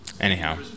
Anyhow